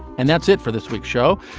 and that's it for this week's show.